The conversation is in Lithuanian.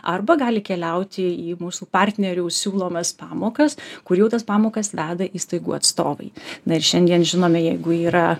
arba gali keliauti į mūsų partnerių siūlomas pamokas kur jau tas pamokas veda įstaigų atstovai na ir šiandien žinome jeigu yra